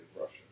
Russia